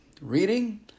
reading